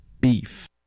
Beef